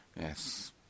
Yes